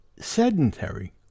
sedentary